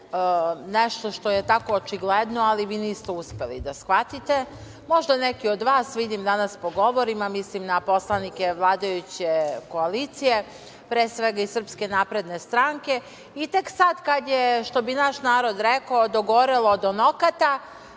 nešto što je tako očigledno, ali vi niste uspeli da shvatite, možda neki od vas. Vidim danas po govorima, mislim na poslanike vladajuće koalicije, pre svega iz SNS, i tek sada kad je što bi naš narod rekao - dogorelo do nokata,